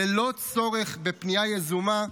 ללא צורך בפניה יזומה,